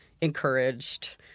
encouraged